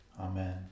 Amen